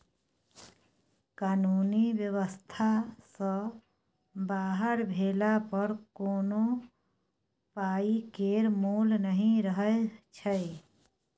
कानुनी बेबस्था सँ बाहर भेला पर कोनो पाइ केर मोल नहि रहय छै